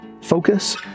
focus